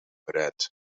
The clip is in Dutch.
gered